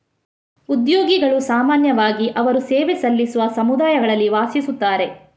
ಉದ್ಯೋಗಿಗಳು ಸಾಮಾನ್ಯವಾಗಿ ಅವರು ಸೇವೆ ಸಲ್ಲಿಸುವ ಸಮುದಾಯಗಳಲ್ಲಿ ವಾಸಿಸುತ್ತಾರೆ